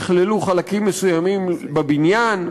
יכללו חלקים מסוימים בבניין,